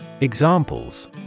Examples